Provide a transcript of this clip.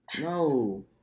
No